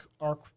arc